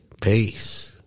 Peace